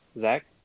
Zach